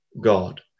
God